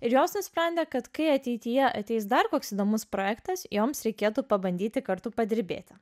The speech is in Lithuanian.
ir jos nusprendė kad kai ateityje ateis dar koks įdomus projektas joms reikėtų pabandyti kartu padirbėti